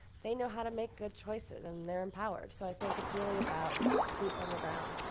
they know how to make good choices and they're empowered. so i think it's really about boots on the ground,